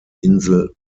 insel